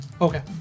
Okay